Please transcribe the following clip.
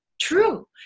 True